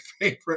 favorite